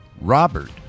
Robert